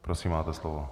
Prosím, máte slovo.